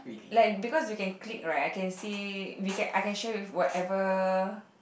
like because you can click right I can see we I I can share with whatever